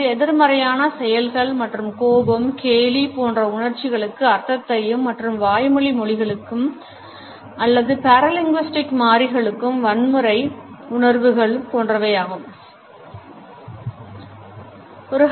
இது எதிர்மறையான செயல்கள் மற்றும் கோபம் கேலி போன்ற உணர்ச்சிகளுக்கு அர்த்தத்தையும் மற்றும் வாய்மொழி மொழிகளுக்கு அல்லது paralinguistic மாறிகளுக்கு வன்முறை உணர்வுகள் போன்றவையும் சேர்க்கிறது